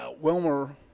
Wilmer